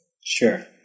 Sure